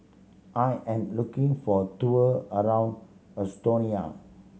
I am looking for a tour around Estonia